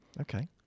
Okay